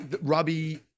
Robbie